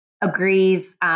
agrees